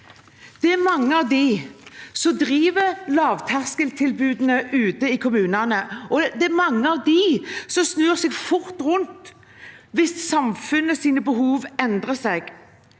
Det er mange av dem som driver lavterskeltilbudene ute i kommunene, som snur seg fort rundt hvis samfunnets behov endrer seg.